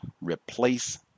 replace